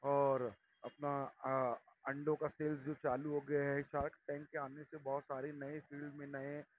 اور اپنا انڈوں کا سیلز جو چالو ہو گیا ہے شارک ٹینک کے آنے سے بہت ساری نئے فیلڈ میں نئے